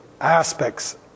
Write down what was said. aspects